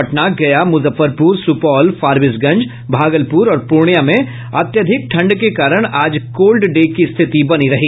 पटना गया मुजफ्फरपुर सुपौल फारबिसगंज भागलपुर और पूर्णिया में अत्यधिक ठंड के कारण आज कोल्ड डे की स्थिति बनी रही